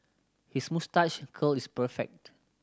his moustache curl is perfect